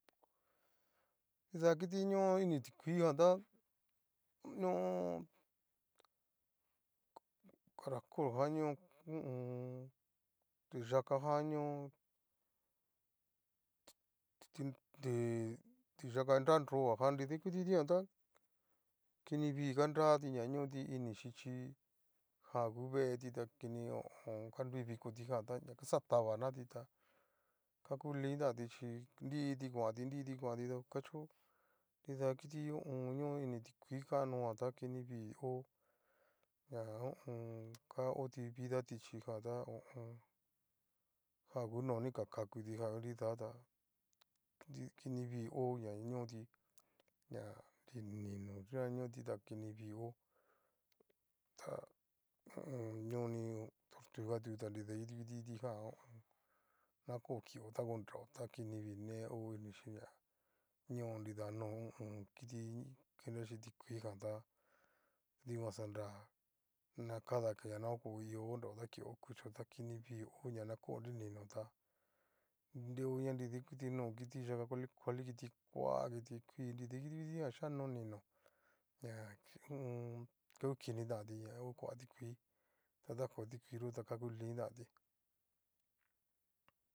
Nida kitiño ini tikuiijan tá ñoo caracoljan ño ho o on. tiyakajan ñoo ti- ti- tiyaka nanroja ján, nrida ikuti kitijan tá kini vii nganrati na ño'oti inixhíchí jan u veeti ta kini ho o on. ka nrui vii kitijanta ña kaxa tabanati tá ka kulintanti chí nriti kuanti nriti kuanti ta kacho nida kiti ño ini ti kuii kanojan ta kinivii ho ña a ho o on. ka oti vidati chíjan ta ho o on. jan ngu no ni a kakuti jan u nida tá nri kini vii o ña ñootí ñanri ni'no yikan ñoti ta kini vii o ta ho o on. ñoni tortuga tu ta nida ikuti kitijan ho o on. na ko kio ta konreo ta kini vii ne o inixhí ná ño nida no ho o on. kiti cuenta xhí tikuiijan tá dikuan xanra na cada que na koko i iho ta kuchó ta kinivii ho ña na koo nri ninó ta nreo ña nida ikuti no'o tiyaka kuali kuali ho kiti koa ho kiti kui nridaikuti kitijan xhíkano ninó ho o on. ta ukinitanti ña o koa tikuii ta ko tikuii yo ta ka ngu liin tanti.